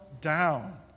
down